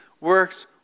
works